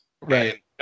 Right